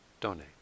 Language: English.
donate